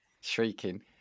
shrieking